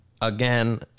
again